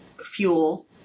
fuel